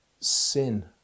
Sin